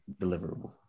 deliverable